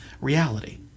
reality